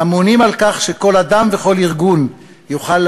אמונים על כך שכל אדם וכל ארגון יוכלו